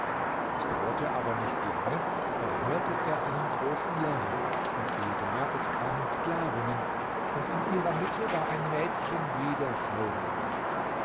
es dauerte aber nicht lange da hörte er einen großen lärm und siehe da es kamen sklavinnen und in ihrer mitte war ein mädchen wie der vollmond